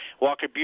Walker